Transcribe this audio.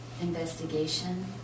investigation